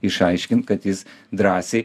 išaiškint kad jis drąsiai